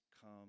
come